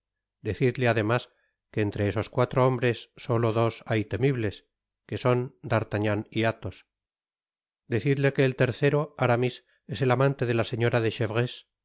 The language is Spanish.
decidle además que entre esos cuatro hombres solo dos hay temibles que son d'artagnan y athos decidle que el tercero aramis es el amante de la señora de